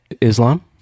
Islam